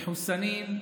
מחוסנים,